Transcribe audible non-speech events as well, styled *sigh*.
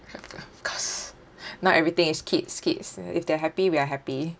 of course *breath* now everything is kids kids uh if they're happy we are happy